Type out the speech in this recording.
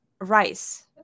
rice